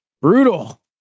brutal